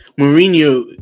Mourinho